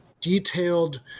detailed